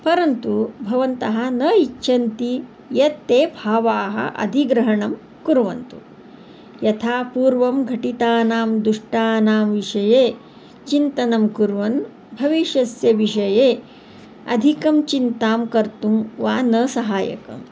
परन्तु भवन्तः न इच्छन्ति यत् ते भावाः अधिग्रहणं कुर्वन्तु यथा पूर्वं घटितानां दुष्टानां विषये चिन्तनं कुर्वन् भविष्यस्य विषये अधिकं चिन्तां कर्तुं वा न सहाय्यकम्